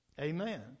Amen